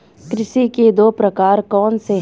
कृषि के दो प्रकार कौन से हैं?